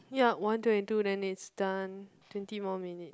ya one twenty two then it's done twenty more minutes